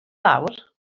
lawr